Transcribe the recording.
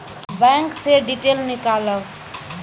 Bank से detail नीकालव?